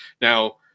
Now